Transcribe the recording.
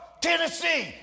Tennessee